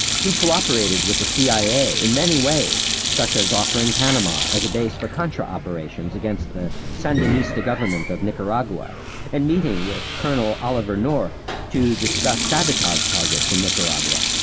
he cooperated with the cia in many ways, such as offering panama as a base for contra operations against the sandinista government of nicaragua and meeting with colonel oliver north to discuss sabotage targets in nicaragua.